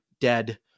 dead